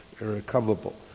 Irrecoverable